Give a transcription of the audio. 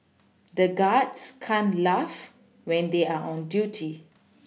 the guards can't laugh when they are on duty